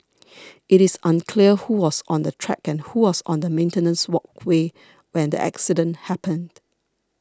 it is unclear who was on the track and who was on the maintenance walkway when the accident happened